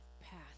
path